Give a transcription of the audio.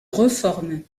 reforme